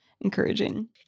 encouraging